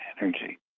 energy